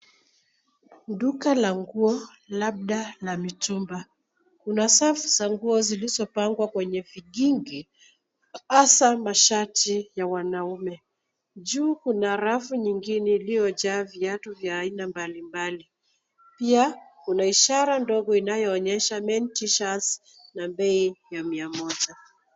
Duka la nguo labda la mitumba. Kuna safu za nguo zilizopangwa kwenye vikingi hasa mashati ya wanaume. Juu kuna rafu nyingine iliyojaa viatu vya aina mbalimbali. Pia kuna ishara ndogo inayoonyesha (cs)men t-shirts(cs) na bei ya mia moja.